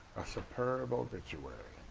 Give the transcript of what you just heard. a superb obituary